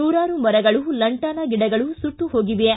ನೂರಾರು ಮರಗಳು ಲಂಟಾನಾ ಗಿಡಗಳು ಸುಟ್ಟು ಹೋಗಿವೆ